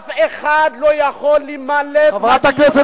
אף אחד לא יכול להימלט מהדיון,